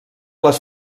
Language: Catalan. les